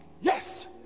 Yes